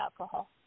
alcohol